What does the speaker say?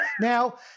Now